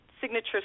signature